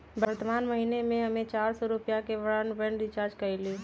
वर्तमान महीना में हम्मे चार सौ रुपया के ब्राडबैंड रीचार्ज कईली